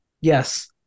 Yes